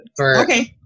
Okay